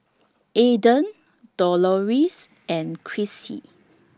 Adan Doloris and Chrissy